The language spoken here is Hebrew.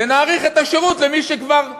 ונאריך את השירות למי שכבר פראייר,